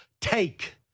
take